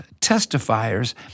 testifiers